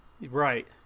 Right